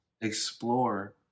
explore